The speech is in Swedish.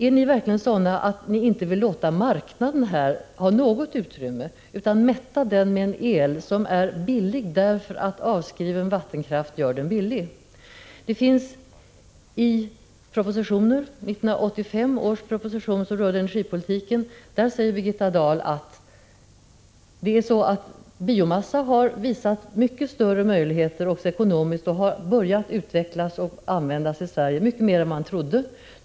Är ni verkligen sådana att ni inte vill låta marknadskrafterna ha något utrymme utan mätta marknaden med en el som är billig därför att vattenkraften är avskriven? I 1985 års propositioner rörande energipolitiken sade Birgitta Dahl, att biomassa har visat sig ha mycket större möjligheter än man trodde, också ekonomiskt, och börjat användas och utvecklas i Sverige mer än man förväntade att den skulle göra.